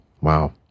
Wow